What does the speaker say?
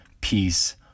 peace